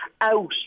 out